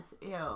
Ew